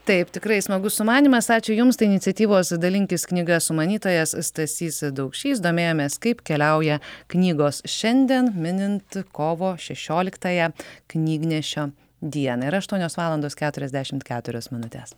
taip tikrai smagus sumanymas ačiū jums tai iniciatyvos dalinkis knyga sumanytojas stasys daukšys domėjomės kaip keliauja knygos šiandien minint kovo šešioliktąją knygnešio dieną ir aštuonios valandos keturiasdešim keturios minutės